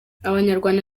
abanyarwanda